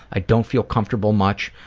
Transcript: i don't feel comfortable much.